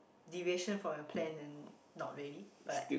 deviation from your plan and not really but like